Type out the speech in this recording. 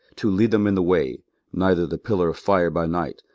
to lead them in the way neither the pillar of fire by night,